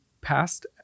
past